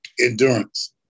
endurance